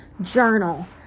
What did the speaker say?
journal